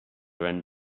went